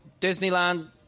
Disneyland